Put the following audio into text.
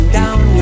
down